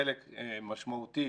חלק משמעותי